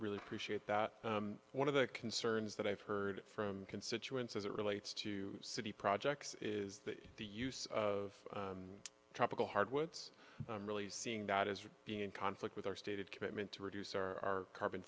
really appreciate that one of the concerns that i've heard from constituents as it relates to city projects is that the use of tropical hard words really seeing that as being in conflict with our stated commitment to reduce our carbon